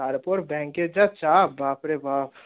তারপর ব্যাংকের যা চাপ বাপরে বাপ